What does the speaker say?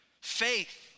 faith